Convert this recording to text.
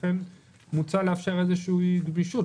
לכן מוצע לאפשר איזו גמישות,